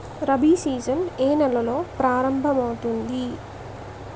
Rabi season ఏ నెలలో ప్రారంభమౌతుంది?